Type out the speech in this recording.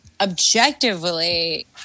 Objectively